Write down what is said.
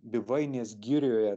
bivainės girioje